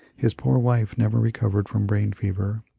his poor wife never recovered from brain fever,